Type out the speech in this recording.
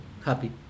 happy